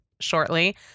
shortly